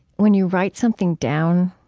when you write something down,